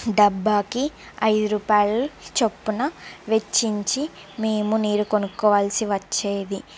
డబ్బాకి ఐదురుపాలు చొప్పున వెచ్చించి మేము నీరు కొనుక్కోవలసి వచ్చేది